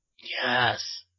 Yes